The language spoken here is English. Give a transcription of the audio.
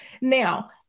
Now